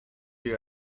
you